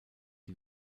die